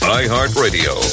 iHeartRadio